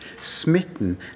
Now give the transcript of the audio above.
smitten